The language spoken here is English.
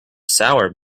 sour